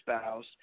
spouse